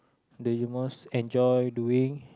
do you most enjoy doing